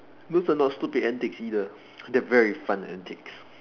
those are not stupid antics either they are very fun antics